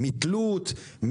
תלות,